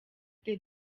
the